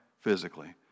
Physically